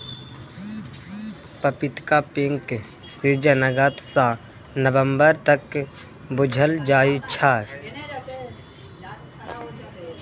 पपीताक पीक सीजन अगस्त सँ नबंबर तक बुझल जाइ छै